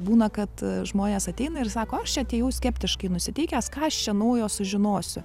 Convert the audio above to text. būna kad žmonės ateina ir sako aš čia atėjau skeptiškai nusiteikęs ką aš čia naujo sužinosiu